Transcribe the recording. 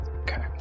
Okay